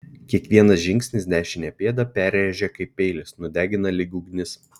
kiekvienas žingsnis dešinę pėdą perrėžia kaip peilis nudegina lyg ugnis